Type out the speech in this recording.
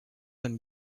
and